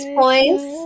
points